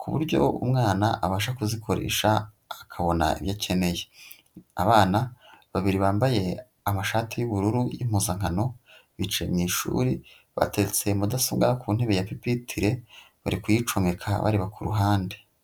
ku buryo umwana abasha kuzikoresha akabona ibyo akeneye, abana babiri bambaye amashati y'ubururu y'impuzankano bicaye mu ishuri bateretse mudasobwa ku ntebe ya pipitire bari kuyicomeka bareba ku ruhande.